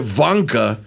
Ivanka